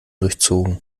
durchzogen